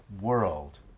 world